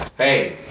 Hey